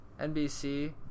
NBC